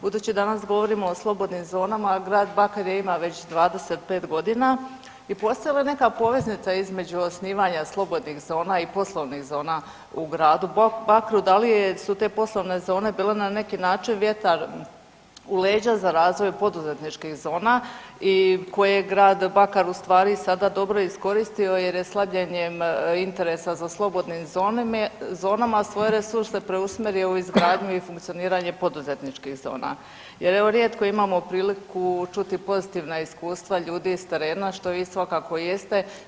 Budući danas govorimo o slobodnim zonama, a grad Bakar je ima već 25 godina i postoji li neka poveznica između osnivanja slobodnih zona i poslovnih zona u gradu Bakru, da li je su te poslovne zone bile na neki način vjetar u leđa za razvoj poduzetničkih zona i koje grad Bakar ustvari i sada i dobro iskoristio jer je slabljenjem interesa za slobodne zonama svoje resurse preusmjerio u izgradnju i funkcioniranje poduzetničkih zona jer evo, rijetko imamo priliku čuti pozitivna iskustva ljudi s terena, što vi svakako jeste.